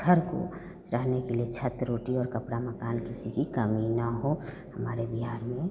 हर को रहने के लिए छत रोटी और कपड़ा मकान किसी की कमी ना हो हमारे बिहार में